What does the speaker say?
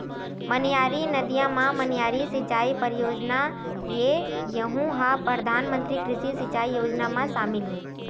मनियारी नदिया म मनियारी सिचई परियोजना हे यहूँ ह परधानमंतरी कृषि सिंचई योजना म सामिल हे